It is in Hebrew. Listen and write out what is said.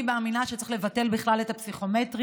אני מאמינה שצריך לבטל בכלל את הפסיכומטרי,